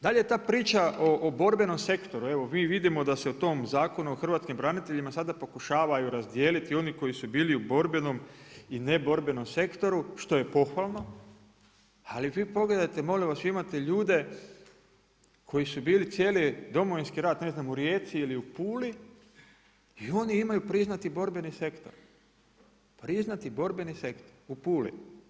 Da li je ta priča o borbenom sektoru, evo mi vidimo da se u tom Zakonu o hrvatskim braniteljima sada pokušavaju razdijeliti oni koji su bili u borbenom i neborbenom sektoru što je pohvalno ali vi pogledajte, molim vas, vi imate ljude koji su bili cijeli Domovinski rat ne znam u Rijeci ili u Puli i oni imaju priznati borbeni sektor, priznati borbeni sektor, u Puli.